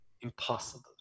impossible